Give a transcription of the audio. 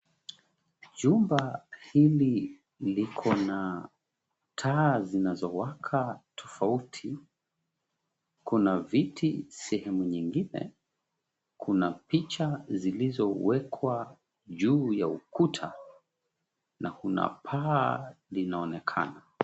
Jumba hili liko na taa zinazowaka tofauti. Kuna viti sehemu nyingine. Kuna picha zilizowekwa juu ya ukuta na kuna paa inaonekana.